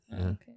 Okay